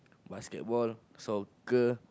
basketball soccer